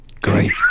Great